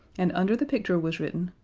and under the picture was written,